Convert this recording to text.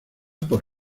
por